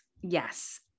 Yes